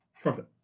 Trumpet